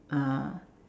uh